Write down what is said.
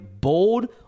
bold